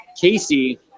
Casey